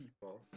people